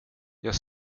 jag